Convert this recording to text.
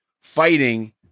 fighting